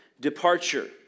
departure